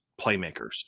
playmakers